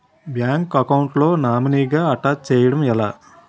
Bank account లో నామినీగా attach చేయడం ఎలా?